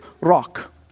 rock